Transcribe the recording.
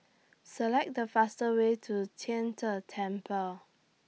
Select The faster Way to Tian De Temple